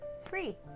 three